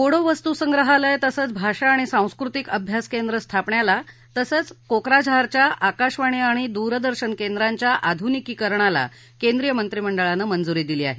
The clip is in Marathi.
बोडो वस्तूसंग्रहालय तसंच भाषा आणि सांस्कृतिक अभ्यास केंद्र स्थापण्याला तसंच कोक्राझारच्या आकाशवाणी आणि दूरदर्शन केंद्रांच्या आधुनिकीकरणाला केंद्रीय मंत्रिमंडळानं मंजूरी दिली आहे